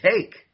take